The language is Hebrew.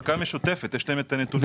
יש להם את הנתונים.